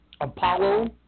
Apollo